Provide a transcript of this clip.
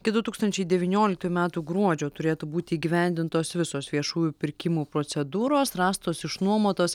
iki du tūkstančiai devynioliktųjų metų gruodžio turėtų būti įgyvendintos visos viešųjų pirkimų procedūros rastos išnuomotos